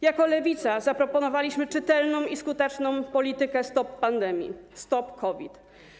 Jako Lewica zaproponowaliśmy czytelną i skuteczną politykę: stop pandemii, stop COVID.